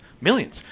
millions